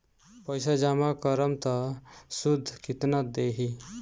पैसा जमा करम त शुध कितना देही?